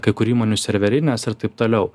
kai kurių įmonių serverinės ir taip toliau